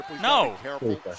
No